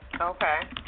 Okay